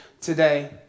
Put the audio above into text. today